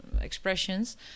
expressions